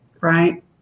Right